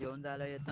ah and a